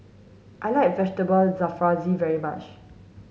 I like Vegetable Jalfrezi very much